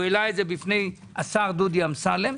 העלה את זה בפני השר דודי אמסלם.